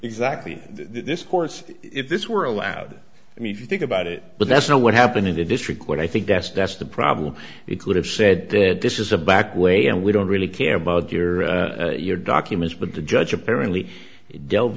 exactly this course if this were allowed i mean if you think about it but that's not what happened in the district court i think that's that's the problem it could have said that this is a back way and we don't really care about your documents but the judge apparently delve